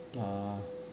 ah